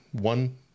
one